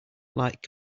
like